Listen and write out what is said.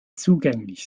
zugänglich